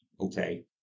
okay